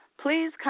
please